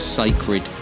sacred